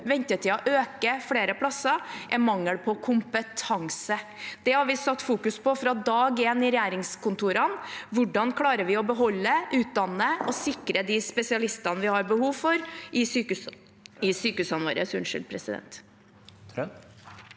ventetiden øker flere plasser, er mangel på kompetanse. Det har vi fokusert på fra dag én i regjeringskontorene: hvordan klarer vi å beholde, utdanne og sikre oss de spesialistene vi har behov for i sykehusene våre.